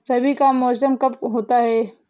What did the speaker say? रबी का मौसम कब होता हैं?